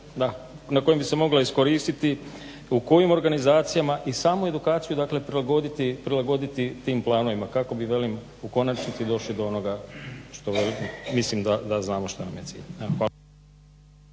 ta zanimanja mogla iskoristiti, u kojim organizacijama i samu edukaciju prilagoditi tim planovima kako bi u konačnici došli do onoga što mislim da znamo šta nam je cilj.